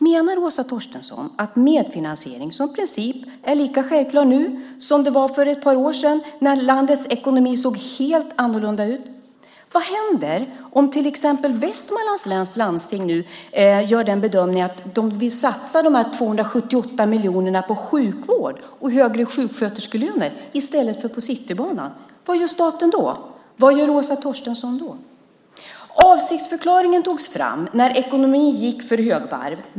Menar Åsa Torstensson att medfinansiering som princip är lika självklar nu som den var för ett par år sedan när landets ekonomi såg helt annorlunda ut? Vad händer om till exempel Västmanlands läns landsting nu gör bedömningen att man vill satsa de 278 miljonerna på sjukvård och högre sjuksköterskelöner i stället för på Citybanan? Vad gör staten då? Vad gör Åsa Torstensson då? Avsiktsförklaringen togs fram när ekonomin gick på högvarv.